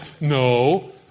no